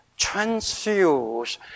transfuse